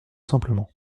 simplement